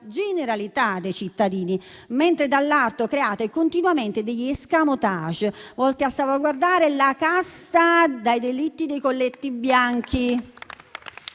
generalità dei cittadini, mentre, dall'altro, create continuamente degli *escamotage* volti a salvaguardare la casta dai delitti dei colletti bianchi?